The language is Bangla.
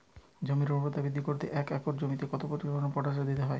জমির ঊর্বরতা বৃদ্ধি করতে এক একর জমিতে কত কিলোগ্রাম পটাশ দিতে হবে?